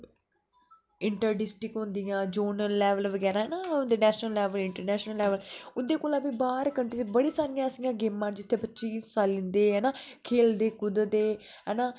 inter district होदियां zonal level बगैरा हो ना नेशनल लेवल उप्पर इंटर नेशनल लेवल ओहदे कोला बी बाहर कट्रीं च बड़ी सारियां ऐसियां गेमां न जित्थै बच्चे गी सददे खेलद कुद्ददे